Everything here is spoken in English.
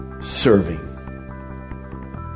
serving